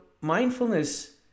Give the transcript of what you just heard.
mindfulness